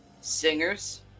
singers